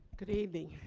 good evening